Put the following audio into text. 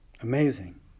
Amazing